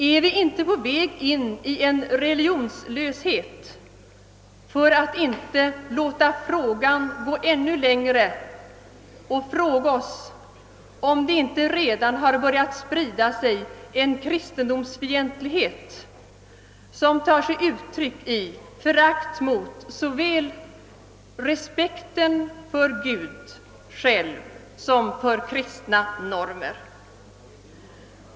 är vi inte på väg in i religionslöshet, för att inte gå ännu längre och fråga oss, om det inte redan har börjat sprida sig en kristendomsfientlighet, som tar sig uttryck i förakt mot såväl respekten för Gud själv som för kristna normer.